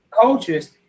cultures